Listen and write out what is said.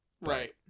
Right